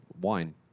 wine